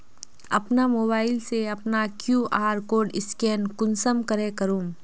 अपना मोबाईल से अपना कियु.आर कोड स्कैन कुंसम करे करूम?